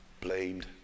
blamed